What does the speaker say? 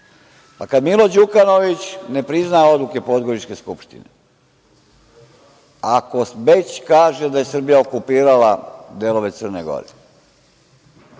Milo Đukanović ne prizna odluke Podgoričke skupštine, ako već kaže da je Srbija okupirala delove Crne Gore,